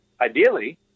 ideally